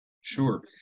Sure